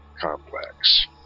complex